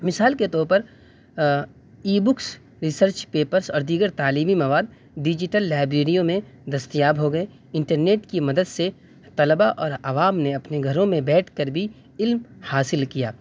مثال کے طور پر ای بکس ریسرچ پیپرس اور دیگر تعلیمی مواد ڈیجیٹل لائبریریوں میں دستیاب ہو گئے انٹرنیٹ کی مدد سے طلبہ اور عوام نے اپنے گھروں میں بیٹھ کر بھی علم حاصل کیا